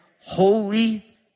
holy